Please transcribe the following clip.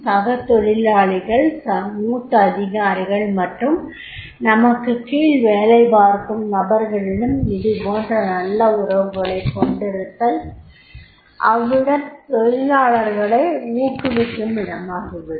சக தொழிலாளிகள் மூத்த அதிகாரிகள் மற்றும் நமக்கும் கீழ் வேலைபார்க்கும் நபர்களிடம் இதுபோன்ற நல்ல உறவுகளைக் கொண்டிருந்தால் அவ்விடம் தொழிலாளர்களை ஊக்குவிக்கும் இடமாகிவிடும்